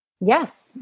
Yes